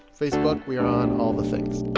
facebook we are on all the things